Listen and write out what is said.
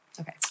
okay